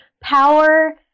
Power